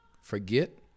forget